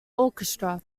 orchestra